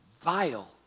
vile